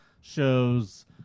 shows